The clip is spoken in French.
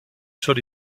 sol